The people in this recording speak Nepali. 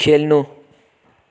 खेल्नु